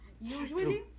usually